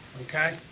Okay